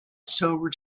sobered